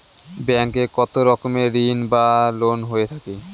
Bank এ কত রকমের ঋণ বা লোন হয়ে থাকে?